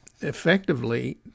effectively